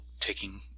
taking